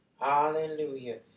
Hallelujah